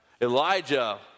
Elijah